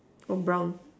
or brown